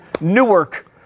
Newark